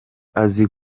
azi